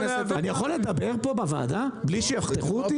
אני יכול לדבר פה בוועדה בלי שיחתכו אותי?